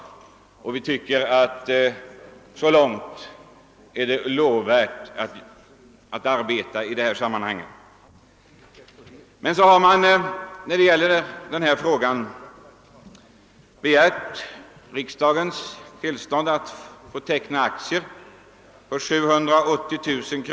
Vi tycker att så långt är det lovvärt att arbeta i detta sammanhang. Emellertid har man begärt riksdagens tillstånd att teckna aktier för 780 000 kr.